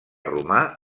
romà